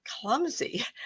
clumsy